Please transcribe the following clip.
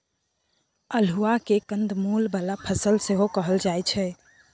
अल्हुआ केँ कंद मुल बला फसल सेहो कहल जाइ छै